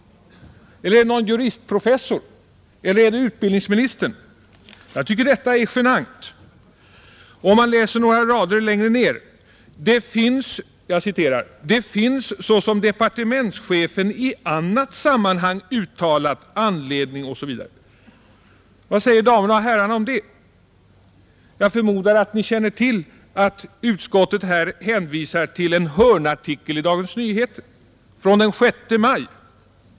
Eller har någon juristprofessor gjort det? Eller är det utbildningsministern som gjort det? Jag tycker att detta är genant. Några rader längre ner på samma sida i utskottsbetänkandet kan man läsa: ”Det finns såsom departementschefen i annat sammanhang uttalat anledning räkna med ———.” Vad säger damerna och herrarna om det? Jag förmodar att ni känner till att utskottet här hänvisar till en hörnartikel i Dagens Nyheter av den 6 maj.